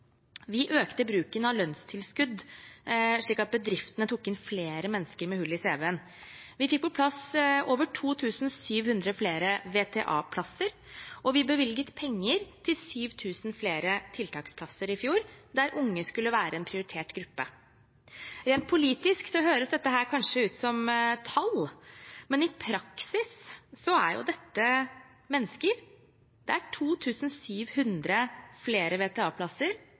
Vi økte bruken av lønnstilskudd, slik at bedriftene tok inn flere mennesker med hull i cv-en. Vi fikk på plass over 2 700 flere VTA-plasser. Vi bevilget penger til 7 000 flere tiltaksplasser i fjor, der unge skulle være en prioritert gruppe. Rent politisk høres dette kanskje ut som tall, men i praksis er dette mennesker. Det er 2 700 flere